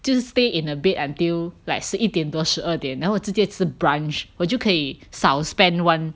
就是 stay in a bed until like 十一点多十二点然后直接吃 brunch 我就可以少 spend [one]